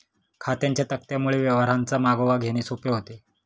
खात्यांच्या तक्त्यांमुळे व्यवहारांचा मागोवा घेणे सोपे होते